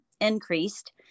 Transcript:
increased